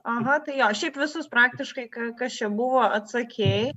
aha tai jo šiaip visus praktiškai ką kas čia buvo atsakei